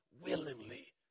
willingly